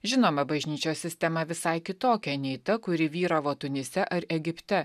žinoma bažnyčios sistema visai kitokia nei ta kuri vyravo tunise ar egipte